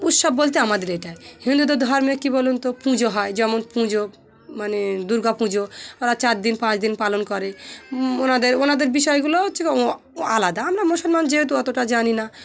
উৎসব বলতে আমাদের এটাই হিন্দুদের ধর্মে কী বলুন তো পুজো হয় যেমন পুজো মানে দুর্গা পুজো ওরা চার দিন পাঁচ দিন পালন করে ওনাদের ওনাদের বিষয়গুলো হচ্ছে আলাদা আমরা মুসলমান যেহেতু অতটা জানি না